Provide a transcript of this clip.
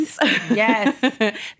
Yes